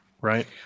right